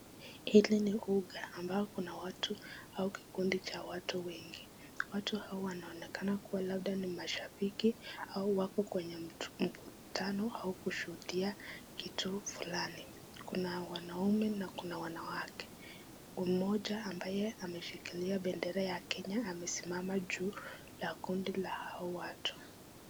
Hili ni uga ambao kuna watu au kikundi la watu wengi , watu hawa wanaonekana kuwa mashabiki au wako kwenye mkutano kushuhudia kitu fulani kuna wanaume na kuna wanawake mmoja ambaye ameshikilia bendera ya kenya amesimama juu la kundi la hao watu.